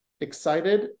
excited